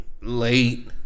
Late